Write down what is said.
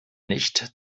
nicht